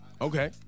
Okay